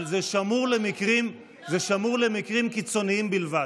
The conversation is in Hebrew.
זה שמור למקרים קיצוניים בלבד.